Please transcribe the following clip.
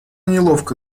неловко